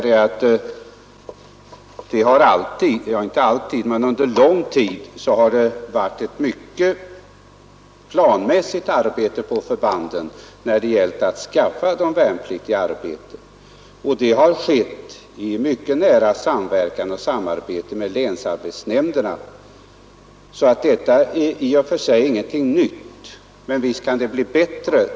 Det har under lång tid bedrivits ett planmässigt arbete på förbanden för att skaffa de värnpliktiga arbete, och detta har skett i nära samverkan med länsarbetsnämnderna. Denna verksamhet är alltså i och för sig ingenting nytt, men visst kan det bli bättre.